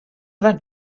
that